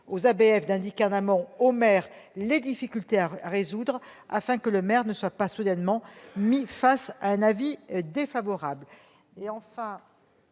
aux ABF d'indiquer en amont, aux maires, les difficultés à résoudre, afin que ces derniers ne soient pas soudainement placés face à un avis défavorable.